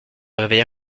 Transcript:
réveilla